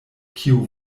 kiu